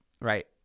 Right